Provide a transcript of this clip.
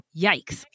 Yikes